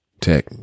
tech